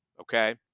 Okay